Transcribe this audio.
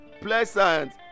pleasant